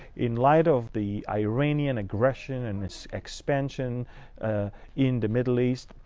in light of the iranian aggression and its expansion in the middle east,